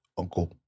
Uncle